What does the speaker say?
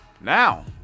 Now